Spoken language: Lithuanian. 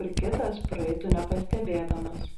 kur kitas praeitų nepastebėdamas